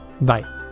Bye